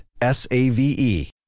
S-A-V-E